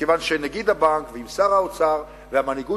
מכיוון שנגיד הבנק עם שר האוצר והמנהיגות